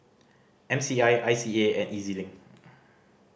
M C I I C A and E Z Link